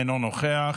אינו נוכח.